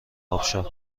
آبشار